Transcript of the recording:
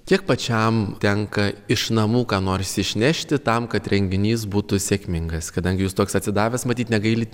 kiek pačiam tenka iš namų ką nors išnešti tam kad renginys būtų sėkmingas kadangi jūs toks atsidavęs matyt negailit